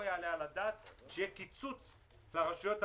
יעלה על הדעת שיהיה קיצוץ לרשויות המקומיות,